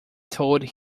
told